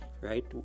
right